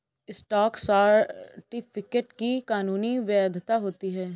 stock certificate की कानूनी वैधता होती है